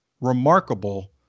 remarkable